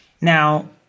Now